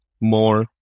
more